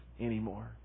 anymore